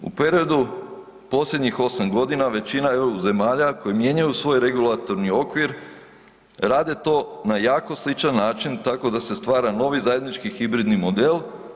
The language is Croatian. U periodu posljednjih 8 godina veća EU zemalja koje mijenjaju svoj regulatorni okvir rade to na jako sličan način tako da se stvara novi zajednički hibridni model.